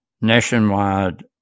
nationwide